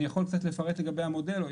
אני יכול קצת לפרט לגבי המודל.